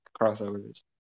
crossovers